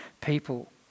people